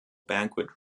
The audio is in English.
banquet